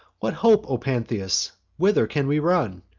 what hope, o pantheus? whither can we run?